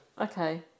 Okay